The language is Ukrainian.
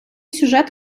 сюжет